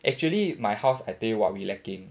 actually my house I tell you what we lacking